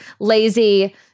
lazy